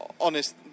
honest